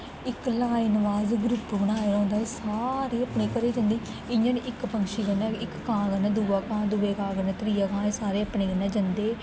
इक line wise group बनाए दा होंदा सारे अपने घरै गी जंदे इ'यां निं इक पंक्षी कन्नै गै इक कां कन्नै दूआ कां दूए कां कन्नै त्रीया कां एह् सारे अपने कन्नै जंदे